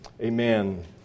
Amen